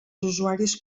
usuaris